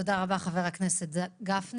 תודה רבה, חבר הכנסת גפני.